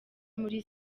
muli